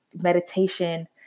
meditation